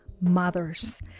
Mothers